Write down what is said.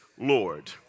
Lord